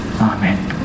Amen